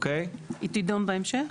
היא תידון בהמשך?